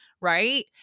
Right